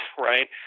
right